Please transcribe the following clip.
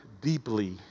deeply